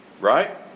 right